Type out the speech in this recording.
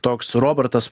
toks robertas